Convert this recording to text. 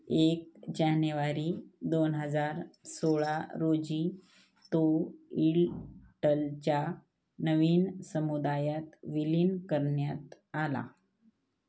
एक जानेवारी दोन हजार सोळा रोजी तो इलटलच्या नवीन समुदायात विलीन करण्यात आला